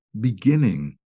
beginning